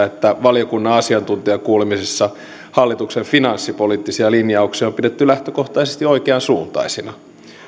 että valiokunnan asiantuntijakuulemisessa hallituksen finanssipoliittisia linjauksia on pidetty lähtökohtaisesti oikeansuuntaisina